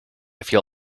feel